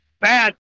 bad